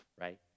right